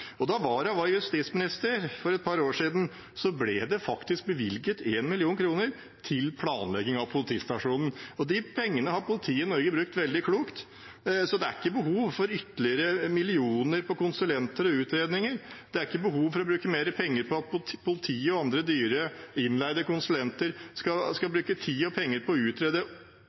Da Wara var justisminister for et par år siden, ble det faktisk bevilget 1 mill. kr til planlegging av politistasjonen. De pengene har politiet i Norge brukt veldig klokt, så det er ikke behov for ytterligere millioner til konsulenter og utredninger. Det er ikke behov for å bruke mer penger på at politiet og andre dyre, innleide konsulenter skal bruke tid og penger på å utrede